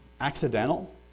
accidental